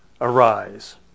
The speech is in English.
arise